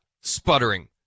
sputtering